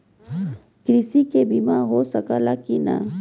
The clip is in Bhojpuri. कृषि के बिमा हो सकला की ना?